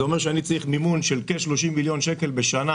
זה אומר שאני צריך מימון של כ-30 מיליון שקל בשנה